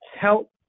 help